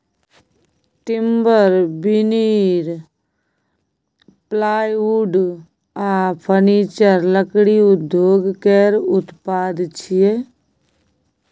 timber, veneer, plywood आ furniture लकड़ी उद्योग केर उत्पाद छियै